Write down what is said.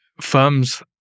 firms